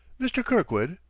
mr. kirkwood,